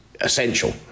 essential